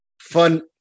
fun